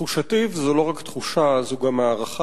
תחושתי, וזו לא רק תחושה אלא גם הערכה,